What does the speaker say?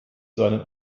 seinen